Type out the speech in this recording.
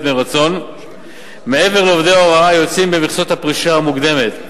מרצון מעבר לעובדי הוראה היוצאים במסגרת הפרישה המוקדמת.